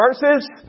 verses